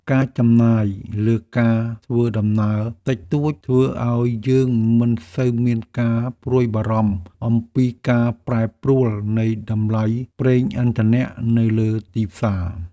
ការចំណាយលើការធ្វើដំណើរតិចតួច ធ្វើឱ្យយើងមិនសូវមានការព្រួយបារម្ភអំពីការប្រែប្រួលនៃតម្លៃប្រេងឥន្ធនៈនៅលើទីផ្សារ។